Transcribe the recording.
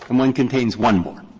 um one contains one more.